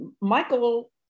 Michael